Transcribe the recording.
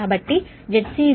కాబట్టి ZC Zγl